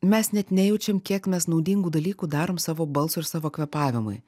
mes net nejaučiam kiek mes naudingų dalykų darom savo balsui ir savo kvėpavimui